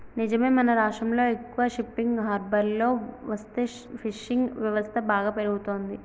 నిజమే మన రాష్ట్రంలో ఎక్కువ షిప్పింగ్ హార్బర్లు వస్తే ఫిషింగ్ వ్యవస్థ బాగా పెరుగుతంది